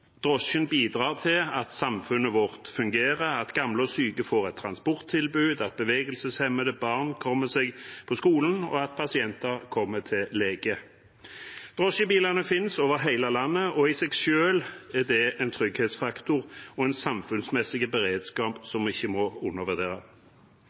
Drosjen bidrar til at samfunnet vårt fungerer, at gamle og syke får et transporttilbud, at bevegelseshemmede barn kommer seg på skolen, og at pasienter kommer seg til lege. Drosjebilene finnes over hele landet, og i seg selv er det en trygghetsfaktor og en samfunnsmessig beredskap